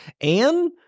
and-